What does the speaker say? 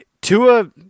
Tua